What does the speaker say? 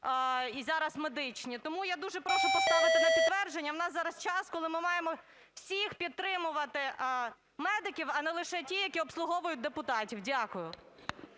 і зараз медичні. Тому я дуже прошу поставити на підтвердження. У нас зараз час, коли ми маємо всіх підтримувати медиків, а не лише ті, які обслуговують депутатів. Дякую.